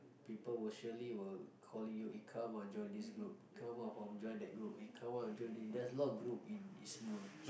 people will surely will calling you eh come ah join this group come ah form join that group eh come ah join in there's a lot of group in in Smule